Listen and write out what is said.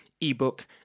ebook